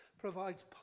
provides